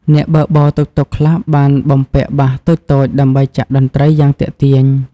អ្នកបើកបរតុកតុកខ្លះបានបំពាក់បាសតូចៗដើម្បីចាក់តន្ត្រីយ៉ាងទាក់ទាញ។